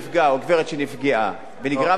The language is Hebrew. או גברת שנפגעה ונגרם לה נזק,